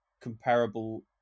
comparable